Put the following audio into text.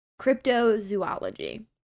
cryptozoology